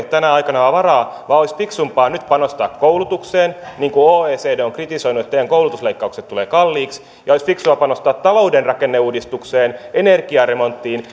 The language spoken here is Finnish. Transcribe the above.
tänä aikana varaa vaan olisi fiksumpaa nyt panostaa koulutukseen niin kuin oecd on kritisoinut että teidän koulutusleikkauksenne tulevat kalliiksi ja olisi fiksumpaa panostaa talouden rakenneuudistukseen energiaremonttiin